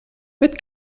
bet